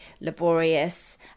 laborious